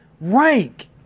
rank